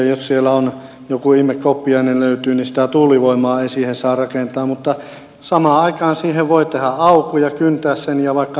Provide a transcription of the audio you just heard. jos sieltä löytyy joku ihme koppiainen niin sitä tuulivoimaa ei siihen saa rakentaa mutta samaan aikaan siihen voi tehdä aukon ja kyntää sen ja vaikka mitä